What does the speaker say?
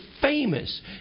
famous